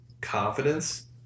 confidence